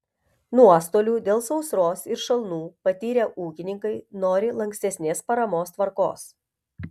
nuostolių dėl sausros ir šalnų patyrę ūkininkai nori lankstesnės paramos tvarkos